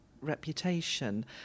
reputation